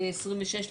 יחד עם זאת,